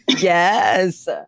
yes